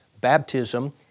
baptism